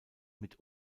mit